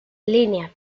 línea